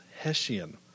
Hessian